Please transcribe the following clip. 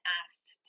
asked